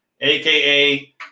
aka